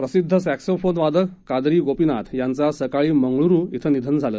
प्रसिद्ध सॅक्सोफोन वादक काद्री गोपीनाथ यांचं आज सकाळी मंगळुरु इथं निधन झालं